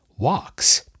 walks